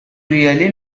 really